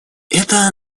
это